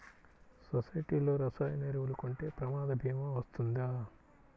సొసైటీలో రసాయన ఎరువులు కొంటే ప్రమాద భీమా వస్తుందా?